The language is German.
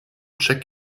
check